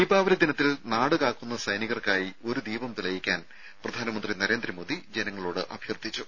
ദീപാവലി ദിനത്തിൽ നാട് കാക്കുന്ന സൈനികർക്കായി ഒരു ദീപം തെളിയിക്കാൻ പ്രധാനമന്ത്രി നരേന്ദ്രമോദി ജനങ്ങളോട് അഭ്യർത്ഥിച്ചു